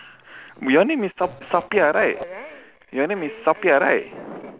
your name is sap~ sapiah right your name is sapiah right